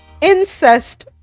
incest